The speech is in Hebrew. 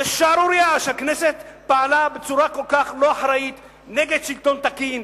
זו שערורייה שהכנסת פעלה בצורה כל כך לא אחראית נגד שלטון תקין,